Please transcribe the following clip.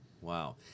Wow